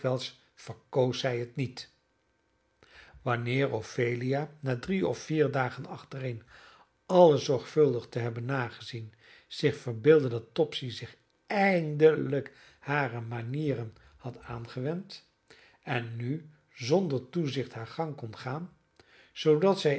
verkoos zij het niet wanneer ophelia na drie of vier dagen achtereen alles zorgvuldig te hebben nagezien zich verbeeldde dat topsy zich eindelijk hare manieren had aangewend en nu zonder toezicht haar gang kon gaan zoodat zij